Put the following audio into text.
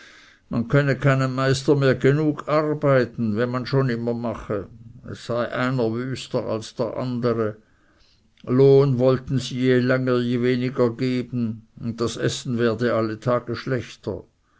man könne keinem meister mehr genug arbeiten wenn man schon immer mache es sei einer wüster als der andere lohn wollten sie je länger je weniger geben und das essen werde alle tage schlechter